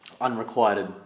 Unrequited